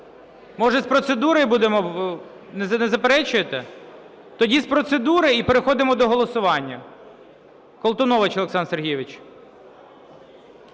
Може, з процедури будемо? Не заперечуєте? Тоді з процедури - і переходимо до голосування. Колтунович Олександр Сергійович.